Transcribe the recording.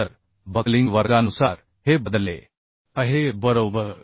तर बकलिंग वर्गानुसार हे बदलले आहे बरोबर